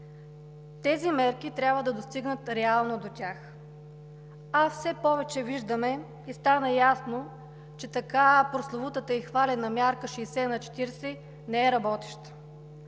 Тези мерки трябва да достигнат реално до тях. А все повече виждаме и стана ясно, че така прословутата и хвалена мярка 60/40 не е работеща.